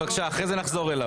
בבקשה, אחרי זה נחזור אליו.